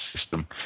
system